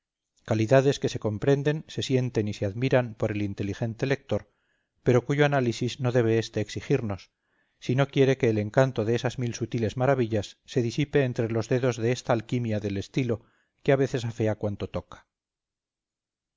calidades que se comprenden se sienten y se admiran por el inteligente lector pero cuyo análisis no debe éste exigirnos si no quiere que el encanto de esas mil sutiles maravillas se disipe entre los dedos de esta alquimia del estilo que a veces afea cuanto toca